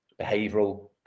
behavioral